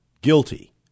guilty